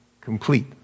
complete